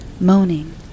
moaning